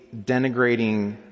denigrating